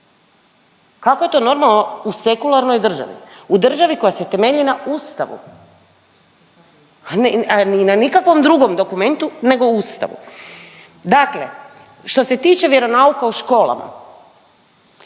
Kako je to normalno u sekularnoj državi? U državi koja se temelji na Ustavu. Ni na nikakvom drugom dokumentu, nego Ustavu. Dakle, što se tiče vjeronauka u školama